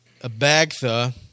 Abagtha